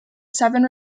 seven